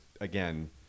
again